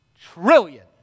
trillion